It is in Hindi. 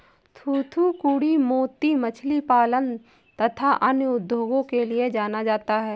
थूथूकुड़ी मोती मछली पालन तथा अन्य उद्योगों के लिए जाना जाता है